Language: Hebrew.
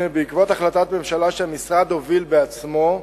בעקבות החלטת ממשלה שהמשרד הוביל בעצמו,